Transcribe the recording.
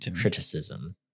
criticism